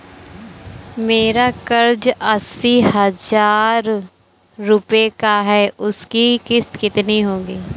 मेरा कर्ज अस्सी हज़ार रुपये का है उसकी किश्त कितनी होगी?